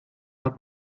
hat